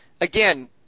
again